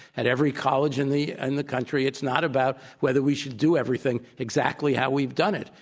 at every college in the and the country, it's not about whether we should do everything exactly how we've done it,